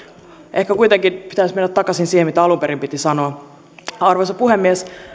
ehkä kuitenkin pitäisi mennä takaisin siihen mitä alun perin piti sanoa arvoisa puhemies